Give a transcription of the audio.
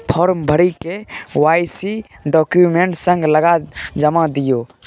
farm भरि KYC document संग लगा जमा दियौ